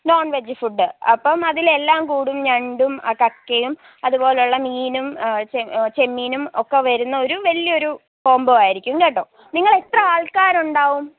non veg food അപ്പം അതിലെല്ലാം കൂടും ഞണ്ടും കക്കയും അതുപോലെയുള്ള മീനും ചെമ്മീനും ഒക്കെ വരുന്ന ഒരു വലിയ ഒരു കോമ്പോ ആയിരിക്കും കേട്ടോ നിങ്ങൾ എത്ര ആള്ക്കാരുണ്ടാവും